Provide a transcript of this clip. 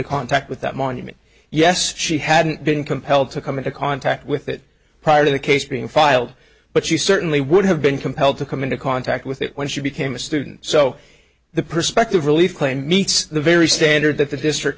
contact with that monument yes she hadn't been compelled to come into contact with it prior to the case being filed but she certainly would have been compelled to come into contact with it when she became a student so the perspective relief claim meets the very standard that the district